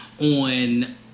on